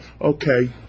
okay